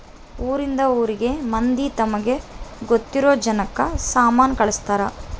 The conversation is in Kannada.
ಊರಿಂದ ಊರಿಗೆ ಮಂದಿ ತಮಗೆ ಗೊತ್ತಿರೊ ಜನಕ್ಕ ಸಾಮನ ಕಳ್ಸ್ತರ್